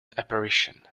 apparition